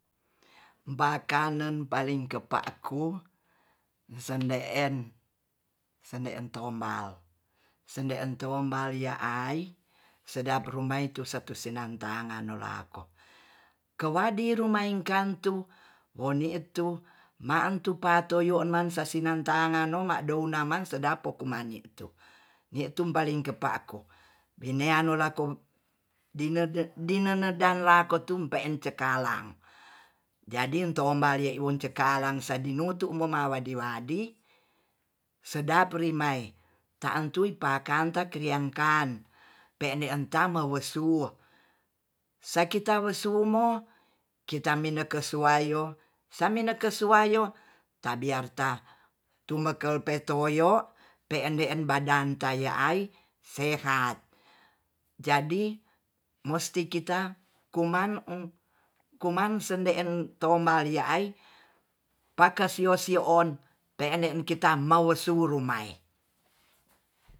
Bakanen paling kepa'ku sende'en sende'en tombal, sende'en tombal ya ai sedap rumaitu satu senam tangan nulako kewadi rumaing kantu woni'tu mantun pato yo'nan sasiang tanganno ma dounaman sedap pokumani'tu ni'tu paling kepa'ku bieano lako dinede denenedan laku tu pe'een cakalang jadi to bali woncekalang sadi nutu momawadi-wadi sedap limai tantui pakanta kriang kan pe'ne entah ma wesuh sakita wosumo kita mineke suwayo samina kesuwayo taniarta tumbeke petoyo pe'en de'en badan tai'ai sehat jadi musti kita kuman sende'en tomba li'ai pakesio-sio'on pe'ende kita mausurumai